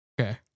Okay